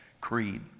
Creed